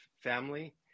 family